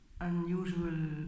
unusual